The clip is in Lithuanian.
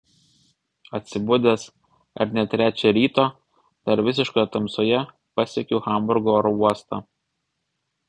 atsibudęs ar ne trečią ryto dar visiškoje tamsoje pasiekiu hamburgo oro uostą